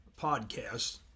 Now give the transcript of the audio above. podcast